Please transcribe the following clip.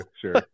Sure